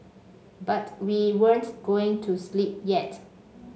but we weren't going to sleep yet